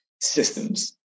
systems